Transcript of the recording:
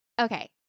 Okay